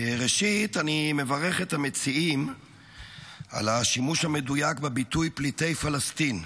ראשית אני מברך את המציעים על השימוש המדויק בביטוי "פליטי פלסטין".